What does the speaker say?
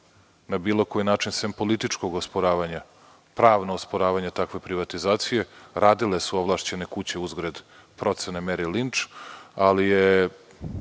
na bilo koji način, sem političkog osporavanja, pravno osporavanje takve privatizacije radile su ovlašćene kuće uzgred, procene, mere, linč, ali ne